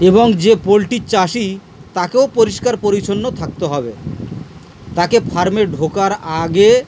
এবং যে পোলট্রির চাষি তাকেও পরিষ্কার পরিচ্ছন্ন থাকতে হবে তাকে ফার্মে ঢোকার আগে